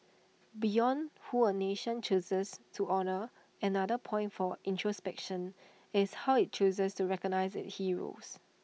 beyond who A nation chooses to honour another point for introspection is how IT chooses to recognise its heroes